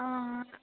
ᱚ